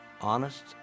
honest